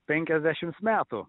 penkiasdešimts metų